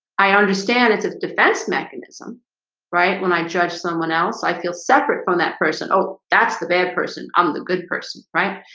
i understand it's a defense mechanism right when i judge someone else i feel separate from that person. oh, that's the bad person. i'm the good person, right?